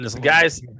Guys